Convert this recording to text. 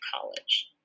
college